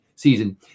season